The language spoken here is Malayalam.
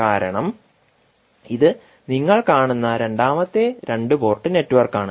കാരണം ഇത് നിങ്ങൾ കാണുന്ന രണ്ടാമത്തെ രണ്ട് പോർട്ട് നെറ്റ്വർക്കാണ്